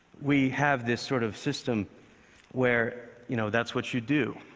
we have this sort of system where you know that's what you do.